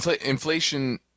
Inflation